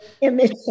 image